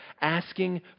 asking